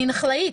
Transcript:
אני נח"לאית.